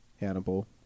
hannibal